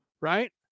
Right